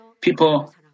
people